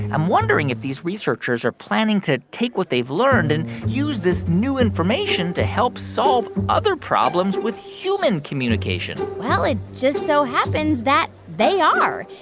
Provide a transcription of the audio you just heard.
i'm wondering if these researchers are planning to take what they've learned and use this new information to help solve other problems with human communication well, it just so happens that they are.